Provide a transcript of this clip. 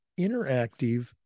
interactive